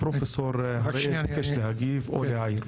פרופ' הראל מבקש להגיב או להעיר.